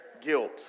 Guilt